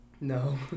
no